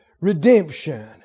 redemption